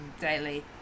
daily